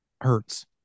Hurts